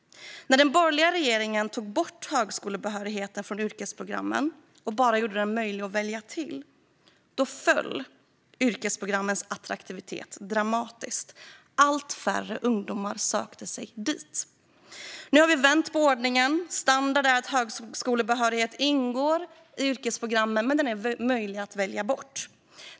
När den borgerliga regeringen tog bort högskolebehörigheten från yrkesprogrammen och bara gjorde den möjlig att välja till föll yrkesprogrammens attraktivitet dramatiskt. Allt färre ungdomar sökte sig dit. Nu har vi vänt på ordningen. Standard är att högskolebehörigheten ingår i yrkesprogrammen men är möjlig att välja bort.